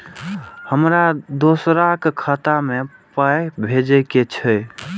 हमरा दोसराक खाता मे पाय भेजे के छै?